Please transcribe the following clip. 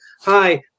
hi